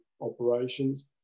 operations